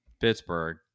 Pittsburgh